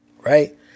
right